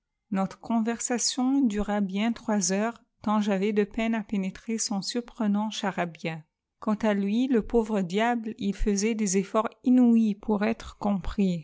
notre conversation dura bien trois heures tant j'avais de peine à pénétrer son surprenant charabia quant à lui le pauvre diable il faisait des efforts inouïs pour être compris